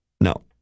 No